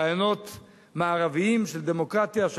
רעיונות מערביים של דמוקרטיה,